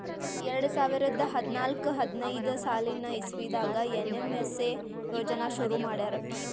ಎರಡ ಸಾವಿರದ್ ಹದ್ನಾಲ್ಕ್ ಹದಿನೈದ್ ಸಾಲಿನ್ ಇಸವಿದಾಗ್ ಏನ್.ಎಮ್.ಎಸ್.ಎ ಯೋಜನಾ ಶುರು ಮಾಡ್ಯಾರ್